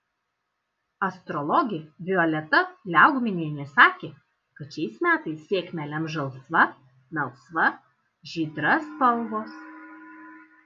astrologė violeta liaugminienė sakė kad šiais metais sėkmę lems žalsva melsva žydra spalvos